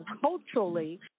culturally